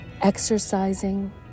exercising